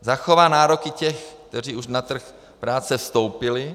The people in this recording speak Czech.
Zachová nároky těch, kteří už na trh práce vstoupili.